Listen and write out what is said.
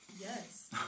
Yes